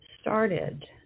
started